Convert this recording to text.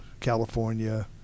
california